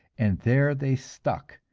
and there they stuck,